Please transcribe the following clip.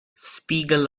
spiegel